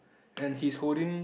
and he's holding